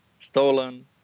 stolen